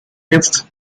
lifts